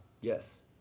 Yes